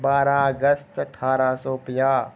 बारां अगस्त ठारां सौ पंजाह्